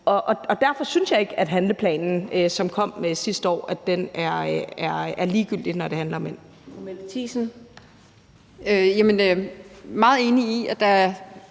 og derfor synes jeg ikke, at handleplanen, som kom sidste år, er ligegyldig, når det handler om mænd. Kl. 18:21 Fjerde næstformand (Karina